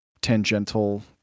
tangential